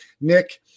Nick